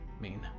mean